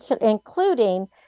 including